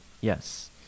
yes